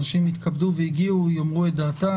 אנשים התכבדו והגיעו, יאמרו את דעתם.